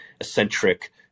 eccentric